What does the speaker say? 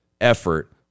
effort